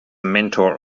mentor